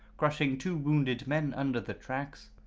crushing two wounded men under the tracks.